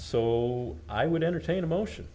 so i would entertain a motion